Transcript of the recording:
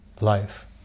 life